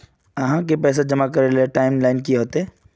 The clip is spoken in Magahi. आहाँ के पैसा जमा करे ले टाइम लाइन की होते?